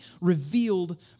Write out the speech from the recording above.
revealed